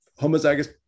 homozygous